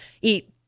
eat